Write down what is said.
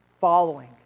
following